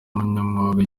umunyamwuga